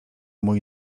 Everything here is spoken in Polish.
mój